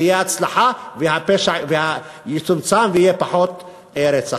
תהיה הצלחה והפשע יצומצם ויהיה פחות רצח.